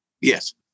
Yes